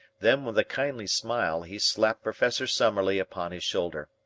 then, with a kindly smile, he slapped professor summerlee upon his shoulder.